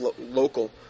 local